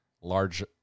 large